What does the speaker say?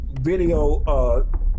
video